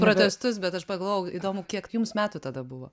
protestus bet aš pagalvojau įdomu kiek jums metų tada buvo